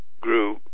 grew